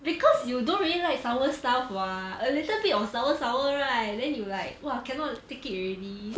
because you don't really like sour stuff [what] a little bit of sour sour right then you like !wah! cannot take it already so